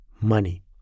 money